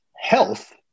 health